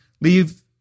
leave